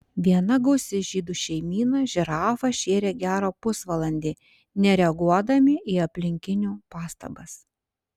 viena gausi žydų šeimyna žirafą šėrė gerą pusvalandį nereaguodami į aplinkinių pastabas